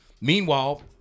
Meanwhile